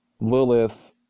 Lilith